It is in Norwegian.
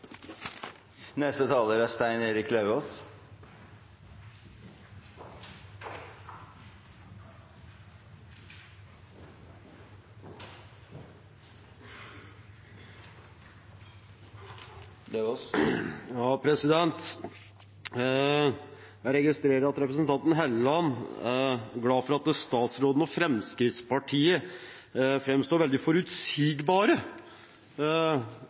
Jeg registrerer at representanten Helleland er glad for at statsråden og Fremskrittspartiet framstår veldig forutsigbare